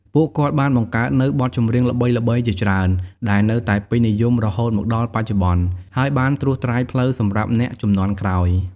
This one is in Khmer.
ពួកគាត់បានបង្កើតនូវបទចម្រៀងល្បីៗជាច្រើន ដែលនៅតែពេញនិយមរហូតមកដល់បច្ចុប្បន្ន ហើយបានត្រួសត្រាយផ្លូវសម្រាប់អ្នកជំនាន់ក្រោយ។